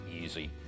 easy